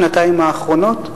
שנתיים האחרונות,